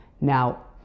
Now